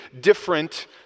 different